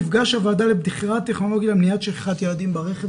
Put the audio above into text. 'מפגש הוועדה לבחירת טכנולוגיה למניעת שכחת ילדים ברכב',